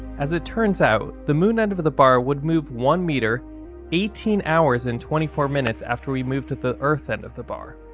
as it turns out, the moon end of of the bar would move one meter eighteen hours and twenty four minutes after we moved the earth end of the bar.